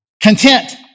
Content